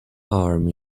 arm